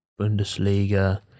Bundesliga